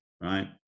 right